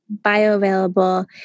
bioavailable